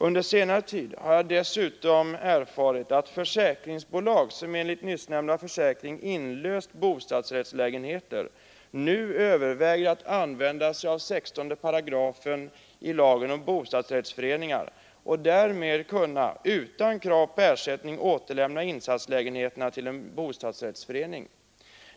Under senare tid har jag dessutom erfarit att försäkringsbolag, som enligt nyssnämnda försäkring inlöst bostadsrättslägenheter, nu överväger att använda sig av 16 § i lagen om bostadsrättsföreningar och därmed kunna utan krav på ersättning återlämna insatslägenheterna till bostadsrättsförening.